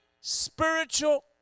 spiritual